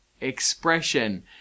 Expression